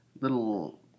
little